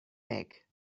make